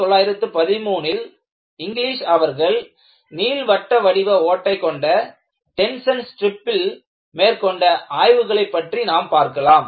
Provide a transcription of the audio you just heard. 1913ல் Inglis அவர்கள் நீள்வட்ட வடிவ ஓட்டை கொண்ட டென்ஷன் ஸ்ட்ரிப்பில் மேற்கொண்ட ஆய்வுகளைப் பற்றி நாம் பார்க்கலாம்